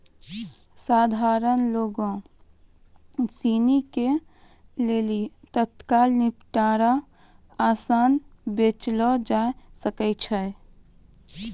सधारण लोगो सिनी के लेली तत्काल निपटारा असान बनैलो जाय सकै छै